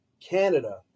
Canada